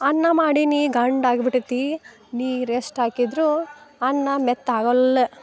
ಅನ್ನ ಮಾಡೀನಿ ಗಂಡಾಗೆ ಬಿಟೈತಿ ನೀರು ಎಷ್ಟು ಹಾಕಿದ್ದರೂ ಅನ್ನ ಮೆತ್ತಗೆ ಆಗೊಲ್ಲ